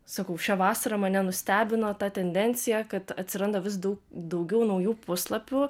sakau šią vasarą mane nustebino ta tendencija kad atsiranda vis dau daugiau naujų puslapių